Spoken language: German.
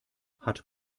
hat